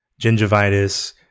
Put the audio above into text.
gingivitis